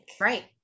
right